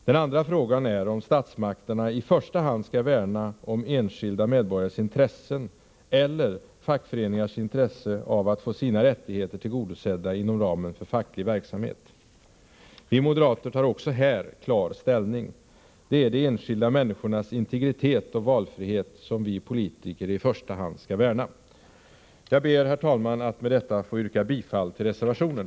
Den andra frågan är om statsmakterna i första hand skall värna om enskilda medborgares intressen eller fackföreningars intresse av att få sina rättigheter tillgodosedda inom ramen för facklig verksamhet. Vi moderater tar också här klar ställning. Det är de enskilda människornas integritet och valfrihet som vi som politiker i första hand skall värna. Jag ber, herr talman, med detta att få yrka bifall till reservationen.